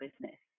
business